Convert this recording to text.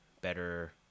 better